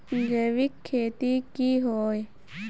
जैविक खेती की होय?